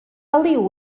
liw